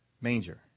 manger